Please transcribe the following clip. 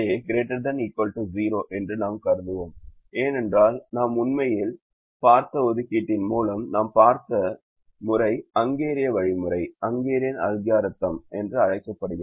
Xij ≥ 0 என்று நாம் கருதுவோம் ஏனென்றால் நாம் உண்மையில் பார்த்த ஒதுக்கீட்டின் மூலம் நாம் பார்த்த முறை ஹங்கேரிய வழிமுறை என்று அழைக்கப்படுகிறது